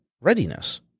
readiness